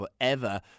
forever